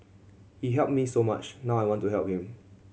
he helped me so much now I want to help him